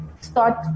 start